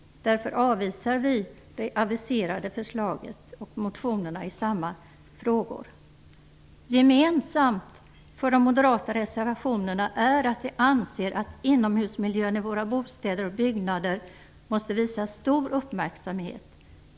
Därför avvisar vi det aviserade förslaget och motionerna i samma frågor. Gemensamt för de moderata motionerna är att inomhusmiljön i våra bostäder och byggnader måste visas stor uppmärksamhet.